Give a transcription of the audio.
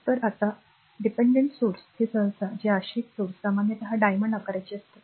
तर आता अवलंबून स्त्रोत हे सहसा हे आश्रित स्त्रोत सामान्यतः डायमंड आकाराचे असतात